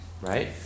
right